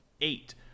eight